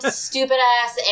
stupid-ass